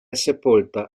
sepolta